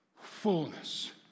fullness